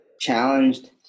challenged